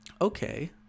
Okay